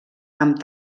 amb